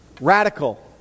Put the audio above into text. radical